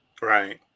Right